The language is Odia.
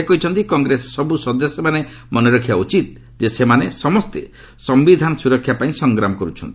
ସେ କହିଛନ୍ତି କଂଗ୍ରେସର ସବୁ ସଦସ୍ୟମାନେ ମନେରଖିବା ଉଚିତ ସେମାନେ ସମସ୍ତେ ସମ୍ଭିଧାନ ସୁରକ୍ଷା ପାଇଁ ସଂଗ୍ରାମ କରୁଛନ୍ତି